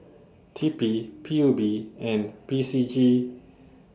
T P P U B and P C G